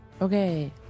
okay